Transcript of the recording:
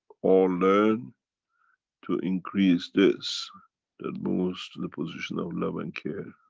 or learn to increase this that moves to the position of love and care.